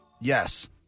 Yes